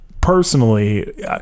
personally